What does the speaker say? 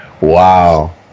Wow